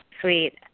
Sweet